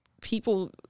people